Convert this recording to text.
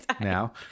Now